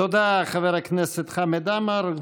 תודה, חבר הכנסת חמד עמאר.